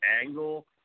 angle